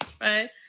right